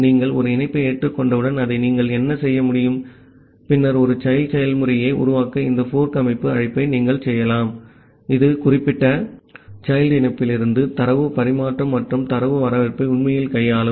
நீங்கள் ஒரு இணைப்பை ஏற்றுக்கொண்டவுடன் அதை நீங்கள் என்ன செய்ய முடியும் பின்னர் ஒரு childசெயல்முறையை உருவாக்க இந்த fork அமைப்பு அழைப்பை நீங்கள் செய்யலாம் இது குறிப்பிட்ட child இணைப்பிலிருந்து தரவு பரிமாற்றம் மற்றும் தரவு வரவேற்பை உண்மையில் கையாளும்